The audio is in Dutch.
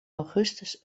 augustus